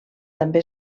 també